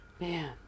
man